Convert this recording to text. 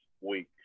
week